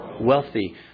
wealthy